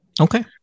Okay